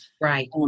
right